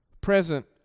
present